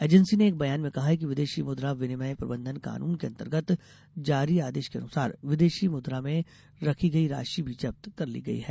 agency ने एक बयान में कहा है कि विदेशी मुद्रा विनिमय प्रबंधन कानून के अन्तर्गत जारी आदेश के अनुसार विदेशी मुद्रा में रखी गयी राशि भी जब्त कर ली गई है